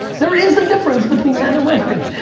there is a difference between men and women.